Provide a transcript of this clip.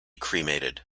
cremated